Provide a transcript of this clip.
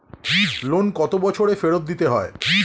Loan কত বছরে ফেরত দিতে হয়?